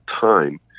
time